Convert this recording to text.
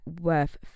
worth